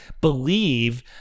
believe